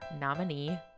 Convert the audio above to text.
nominee